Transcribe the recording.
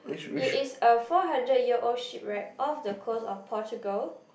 it is a four hundred year old ship wreck off the coast of Portugal